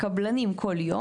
צריך לשלם לקבלנים כל יום.